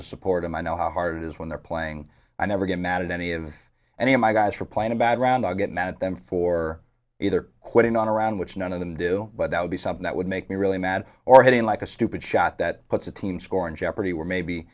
to support them i know how hard it is when they're playing i never get mad at any of any of my guys for playing a bad round i get mad at them for either quitting on around which none of them do but that would be something that would make me really mad or having like a stupid shot that puts a team score in jeopardy where maybe